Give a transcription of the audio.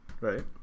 Right